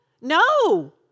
no